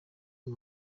ubu